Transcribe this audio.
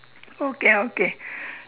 okay okay